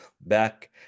back